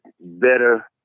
better